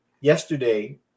Yesterday